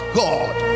god